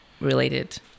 related